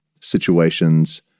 situations